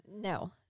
no